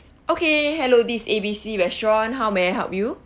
okay hello this is A B C restaurant how may I help you